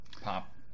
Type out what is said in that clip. pop